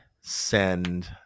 send